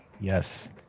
Yes